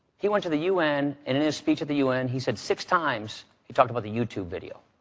he went to the u n, and in his speech at the u n. he said six times he talked about the youtube video.